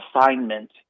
assignment